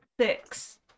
Six